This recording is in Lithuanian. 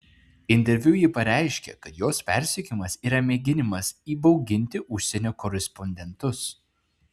interviu ji pareiškė kad jos persekiojimas yra mėginimas įbauginti užsienio korespondentus